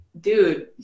dude